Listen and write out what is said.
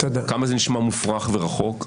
כמה שזה נשמע מופרך ורחוק,